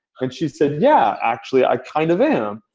and she said, yeah, actually, i kind of am.